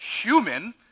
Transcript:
human